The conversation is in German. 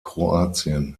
kroatien